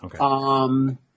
okay